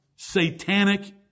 Satanic